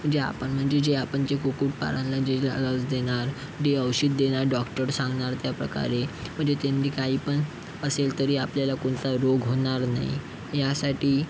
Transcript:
म्हणजे आपण म्हणजे जे आपण जे कुक्कुटपालनला जे ल लस देणार जे औषध देणार डॉक्टर सांगणार त्याप्रकारे म्हणजे त्यांनी काही पण असेल तरी आपल्याला कोणता रोग होणार नाही यासाठी